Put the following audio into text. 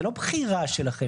זו לא בחירה שלכם.